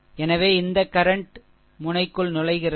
எனவே இந்த கரன்ட் முனைக்குள் நுழைகிறது